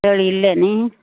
तळिल्लें न्हय